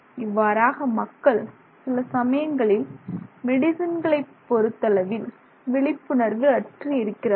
இவ்வாறாக மக்கள் சில சமயங்களில் மெடிஸின்களை பொருத்தளவில் விழிப்புணர்வு அற்று இருக்கிறார்கள்